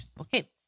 okay